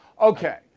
okay